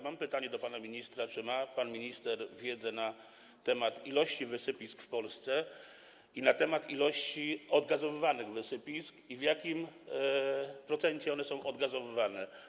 Mam pytanie do pana ministra: Czy pan minister ma wiedzę na temat ilości wysypisk w Polsce, na temat ilości odgazowywanych wysypisk i tego, w jakim procencie są one odgazowywane?